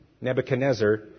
Nebuchadnezzar